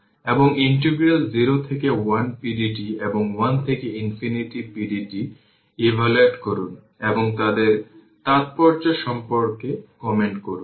এবং ইন্টিগ্রাল 0 থেকে 1 pdt এবং 1 থেকে ইনফিনিটি pdt ইভালুয়েট করুন এবং তাদের তাত্পর্য সম্পর্কে কমেন্ট করুন